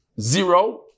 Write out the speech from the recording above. zero